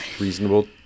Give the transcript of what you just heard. reasonable